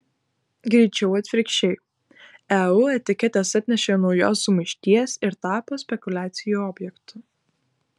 greičiau atvirkščiai eu etiketės atnešė naujos sumaišties ir tapo spekuliacijų objektu